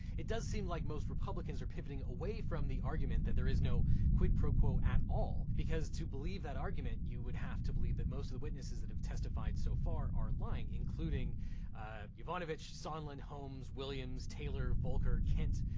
it does seem like most republicans are pivoting away from the argument that there is no quid pro quo at all, because to believe that argument, you would have to believe that most of the witnesses that have testified so far are lying, including yovanovitch, sondland, holmes, williams, taylor, volker, kent,